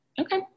Okay